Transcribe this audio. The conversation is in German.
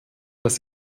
das